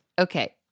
Okay